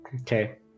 Okay